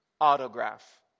autograph